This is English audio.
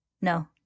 No